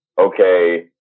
okay